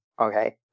Okay